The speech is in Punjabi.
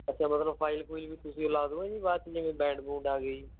ਅੱਛਾ ਮਤਲਬ ਫਾਈਲ ਫੁਇਲ ਵੀ ਤੁਸੀਂ ਉਹ ਲਗਾ ਦਊਂਗੇ ਬਾਅਦ 'ਚ ਜਿਵੇਂ ਬੈਂਡ ਬੂੰਡ ਆ ਗਏ ਜੀ